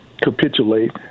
capitulate